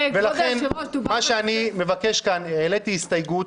העליתי הסתייגות.